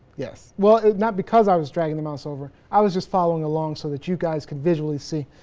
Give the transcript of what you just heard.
yes well, not because i was dragging the mouse over. i was just following along so that you guys can visually see.